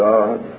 God